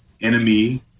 enemy